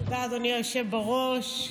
תודה, אדוני היושב בראש.